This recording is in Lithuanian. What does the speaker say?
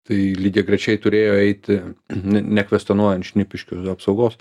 tai lygiagrečiai turėjo eiti ne nekvestionuojant šnipiškių apsaugos